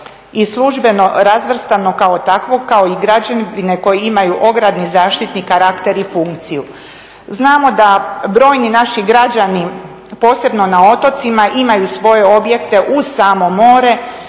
i službeno razvrstano kao takvo, kao i građevine koje imaju ogradni zaštitni karakter i funkciju. Znamo da brojni naši građani, posebno na otocima imaju svoje objekte uz samo more,